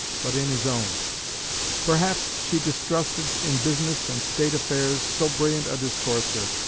but in his own perhaps she distrusted in business and state affairs so brilliant a discourser,